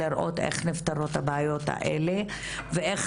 לראות איך נפתרות הבעיות האלה ואיך